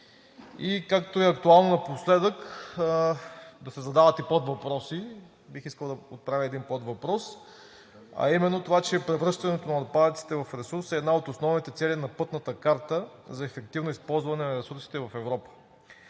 И както е актуално напоследък да се задават подвъпроси, бих искал да отправя един подвъпрос. Превръщането на отпадъците в ресурс е една от основните цели на Пътната карта за ефективно използване на ресурсите в Европа.